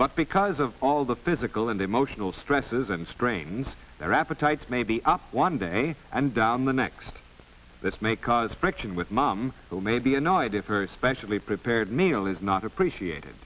but because of all the physical and emotional stresses and strains their appetites may be up one day and down the next this may cause friction with mom who may be annoyed if very specially prepared meal is not appreciated